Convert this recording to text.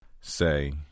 Say